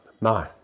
No